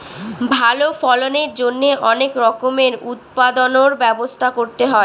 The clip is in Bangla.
ভালো ফলনের জন্যে অনেক রকমের উৎপাদনর ব্যবস্থা করতে হয়